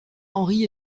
henri